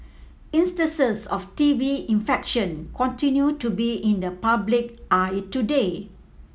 instances of T B infection continue to be in the public eye today